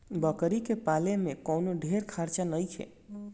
बकरी के पाले में कवनो ढेर खर्चा नईखे